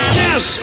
yes